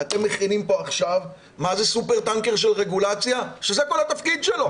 ואתם מכינים כאן עכשיו סופר טנקר של רגולציה וזה כל התפקיד שלו.